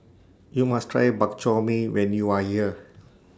YOU must Try Bak Chor Mee when YOU Are here